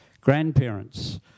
Grandparents